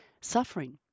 suffering